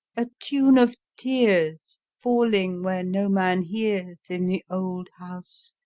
a tune of tears falling where no man hears, in the old house,